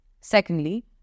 Secondly